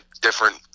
different